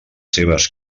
seves